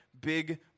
big